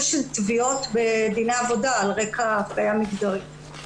של תביעות בדיני עבודה על רקע אפליה מגדרית.